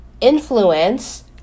influence